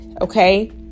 Okay